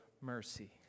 mercy